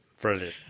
Brilliant